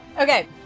Okay